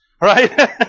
Right